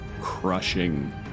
crushing